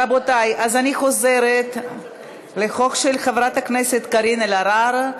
רבותי, אני חוזרת לחוק של חברת הכנסת קארין אלהרר.